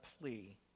plea